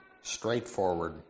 straightforward